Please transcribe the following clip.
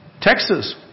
Texas